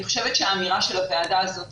אני חושבת שהאמירה של הוועדה הזאת